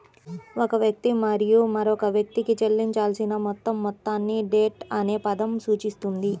ఒక వ్యక్తి మరియు మరొక వ్యక్తికి చెల్లించాల్సిన మొత్తం మొత్తాన్ని డెట్ అనే పదం సూచిస్తుంది